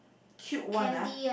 cute one ah